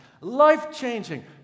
Life-changing